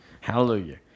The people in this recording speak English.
Hallelujah